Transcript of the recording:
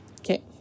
Okay